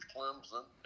Clemson